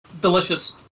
Delicious